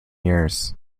years